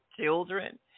children